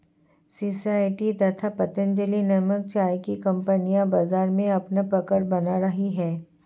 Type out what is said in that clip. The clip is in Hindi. सोसायटी तथा पतंजलि नामक चाय की कंपनियां बाजार में अपना पकड़ बना रही है